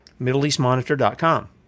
MiddleEastMonitor.com